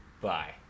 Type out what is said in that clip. bye